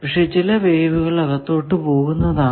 പക്ഷെ ചില വേവ് അകത്തോട്ടു പോകുന്നതാണ്